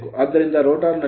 ಆದ್ದರಿಂದ ರೋಟರ್ ನಲ್ಲಿ 0